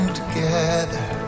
together